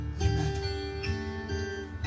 Amen